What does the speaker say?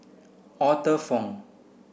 Arthur Fong